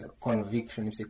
Conviction